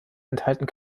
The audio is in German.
enthalten